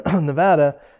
Nevada